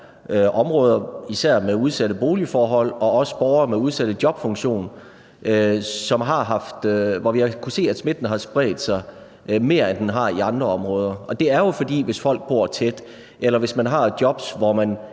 områder, især med udsatte boligforhold og også borgere med udsatte jobfunktioner, hvor smitten har spredt sig mere, end den har i andre områder. Det er jo, fordi folk bor tæt eller man har et job, hvor man